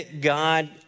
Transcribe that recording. God